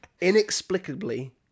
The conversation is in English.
inexplicably